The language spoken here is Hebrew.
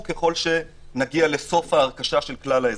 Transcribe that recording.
ככל שנגיע לסוף ההרכשה של כלל האזרחים.